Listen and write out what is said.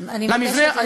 למבנה,